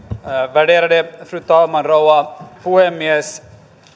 värderade fru talman rouva puhemies